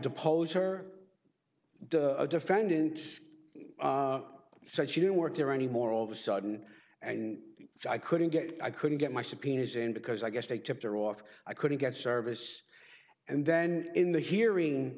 depose her the defendants said she didn't work there anymore all of a sudden and i couldn't get i couldn't get my subpoenas in because i guess they tipped her off i couldn't get service and then in the hearing